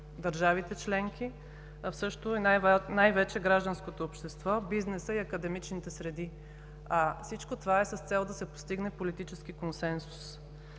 държавите членки, а също и най-вече гражданското общество, бизнеса и академичните среди. Всичко това е с цел да се постигне политически консенсус.